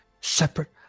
Separate